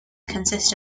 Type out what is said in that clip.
consist